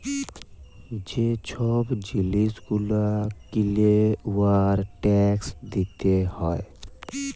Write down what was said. যে ছব জিলিস গুলা কিলে উয়ার ট্যাকস দিতে হ্যয়